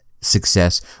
success